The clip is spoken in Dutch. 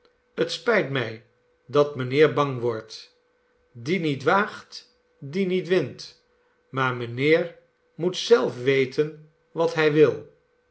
het spijt mij dat mijnheer bang wordt die niet waagt die niet wint maar mijnheer moet zelf weten wat hij wil